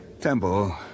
Temple